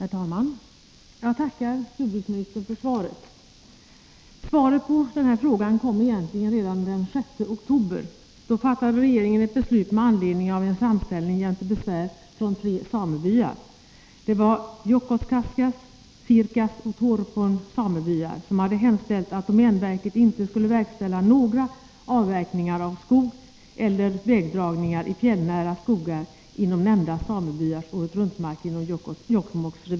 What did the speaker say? Herr talman! Jag tackar jordbruksministern för svaret. Svaret på min fråga kom egentligen den 6 oktober. Då fattade regeringen ett beslut med anledning av en framställning jämte besvär från tre samebyar. Det var Jåkkåkaska, Sirkas och Tuorpon samebyar, som hade hemställt att domänverket inte skulle verkställa några avverkningar av skog eller vägdragningar i fjällnära skogar inom nämnda samebyars åretruntmarker inom Jokkmokks revir.